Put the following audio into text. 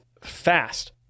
fast